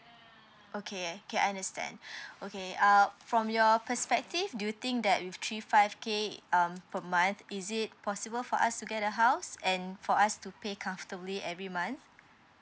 okay okay I understand okay uh from your perspective do you think that with three five k um per month is it possible for us to get a house and for us to pay comfortably every month